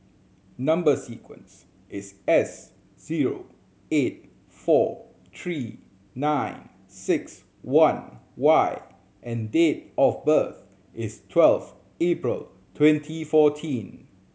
number sequence is S zero eight four three nine six one Y and date of birth is twelve April twenty fourteen